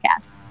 podcast